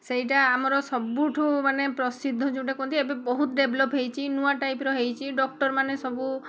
ସେଇଟା ଆମର ସବୁଠୁ ମାନେ ପ୍ରସିଦ୍ଧ ଯେଉଁଟା କୁହନ୍ତି ଏବେ ବହୁତ ଡେଭଲପ୍ ହେଇଛି ନୂଆ ଟାଇପ୍ର ହେଇଛି ଡକ୍ଟର୍ମାନେ ସବୁ